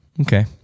okay